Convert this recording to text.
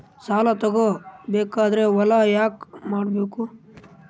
ಸಾಲ ತಗೋ ಬೇಕಾದ್ರೆ ಹೊಲ ಯಾಕ ಕೊಡಬೇಕು?